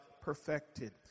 perfected